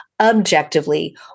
objectively